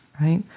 right